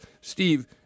Steve